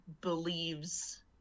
believes